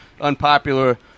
unpopular